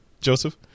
Joseph